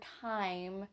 time